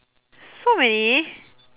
so many